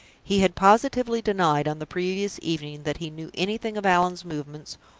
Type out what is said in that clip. he had positively denied on the previous evening that he knew anything of allan's movements,